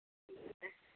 ᱦᱮᱸ